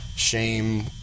shame